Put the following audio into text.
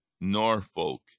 Norfolk